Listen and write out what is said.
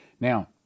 Now